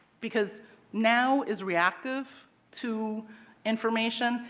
because now is reactive to information.